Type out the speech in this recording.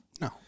no